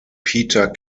peter